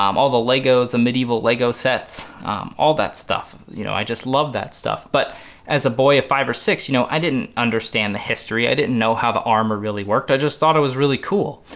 um all the legos the medieval lego sets all that stuff. you know i just love that stuff, but as a boy of five or six you know i didn't understand the history i didn't know how the armor really worked. i just thought it was really cool